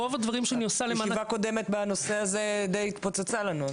הישיבה הקודמת בנושא הזה די התפוצצה לנו.